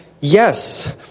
yes